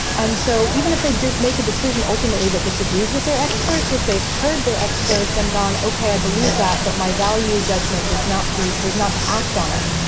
and so even if they didn't make a decision ultimately that disagrees with their experts, if they've heard their experts and gone, ok, i believe that but my value judgment is not to is not to act on it.